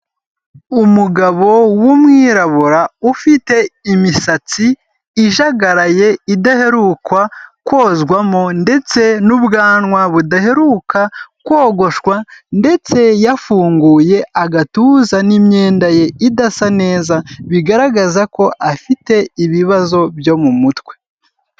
Umugabo w'umwirabura ufite imisatsi ijagaraye, idaheruka kozwamo ndetse n'ubwanwa budaheruka kogoshwa ndetse yafunguye agatuza n'imyenda ye idasa neza bigaragaza ko afite ibibazo byo mu mutwe.